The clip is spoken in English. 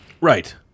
Right